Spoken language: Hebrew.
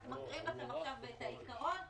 אנחנו מקריאים לכם עכשיו את העיקרון,